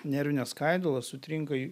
nervines skaidulas sutrinka